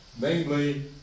namely